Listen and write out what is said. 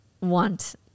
want